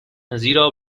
زیرا